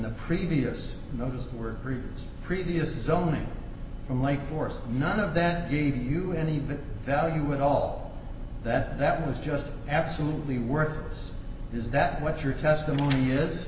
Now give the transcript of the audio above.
the previous notice were three years previous zoning from lake forest none of that gave you any value at all that that was just absolutely worthless is that what your testimony is